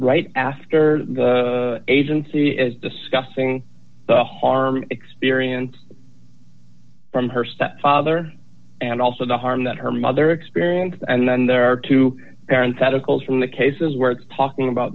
right after the agency is discussing the harm experience from her stepfather and also the harm that her mother experienced and then there are two parents articles from the cases we're talking about